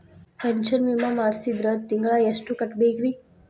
Pension ವಿಮಾ ಮಾಡ್ಸಿದ್ರ ತಿಂಗಳ ಎಷ್ಟು ಕಟ್ಬೇಕ್ರಿ?